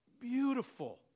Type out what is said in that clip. beautiful